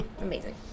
Amazing